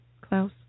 Klaus